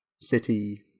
City